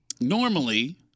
Normally